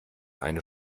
eine